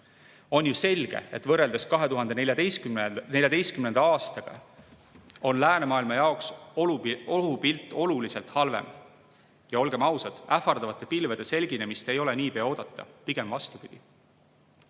On ju selge, et võrreldes 2014. aastaga on ohupilt läänemaailma jaoks oluliselt halvem. Ja olgem ausad, ähvardavate pilvede selginemist ei ole niipea oodata, pigem vastupidi.